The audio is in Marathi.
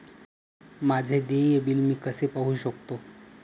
माझे देय बिल मी कसे पाहू शकतो?